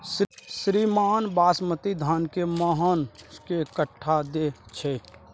श्रीमान बासमती धान कैए मअन के कट्ठा दैय छैय?